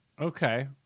Okay